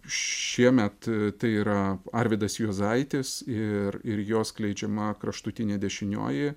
šiemet tai yra arvydas juozaitis ir ir jo skleidžiama kraštutinė dešinioji